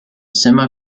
semi